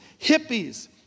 Hippies